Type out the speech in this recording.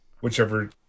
whichever